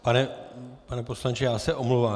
Pane poslanče, já se omlouvám.